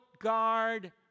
guard